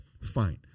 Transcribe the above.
fine